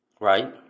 Right